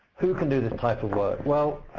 who can do this type of work? well,